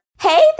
Hey